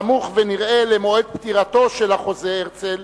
סמוך ונראה למועד פטירתו של החוזה הרצל,